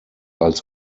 als